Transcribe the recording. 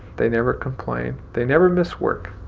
they never complain. they never miss work.